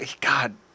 God